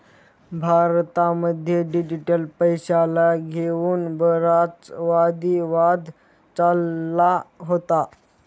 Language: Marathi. भारतामध्ये डिजिटल पैशाला घेऊन बराच वादी वाद चालला होता